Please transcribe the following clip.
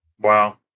wow